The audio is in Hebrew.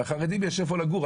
לחרדים יש איפה לגור,